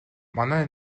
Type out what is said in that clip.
манай